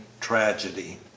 Tragedy